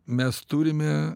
mes turime